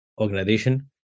organization